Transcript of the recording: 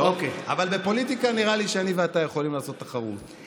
אבל בפוליטיקה נראה לי שאני ואתה יכולים לעשות תחרות.